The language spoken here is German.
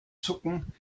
zucken